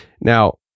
Now